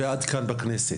ועד כאן בכנסת.